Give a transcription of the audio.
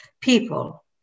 people